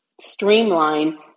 streamline